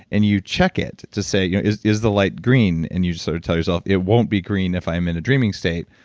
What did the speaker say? and you check it to say, you know is is the light green? and you just sort of tell yourself, it won't be green if i'm in a dreaming state,